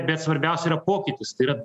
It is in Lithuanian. bet svarbiausia pokytis tai yra